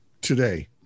today